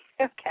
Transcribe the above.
Okay